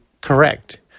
correct